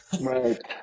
Right